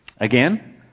Again